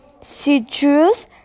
citrus